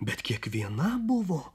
bet kiekviena buvo